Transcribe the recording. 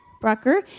Brucker